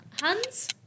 Hans